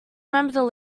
remembered